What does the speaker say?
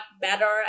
better